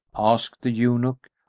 asked the eunuch,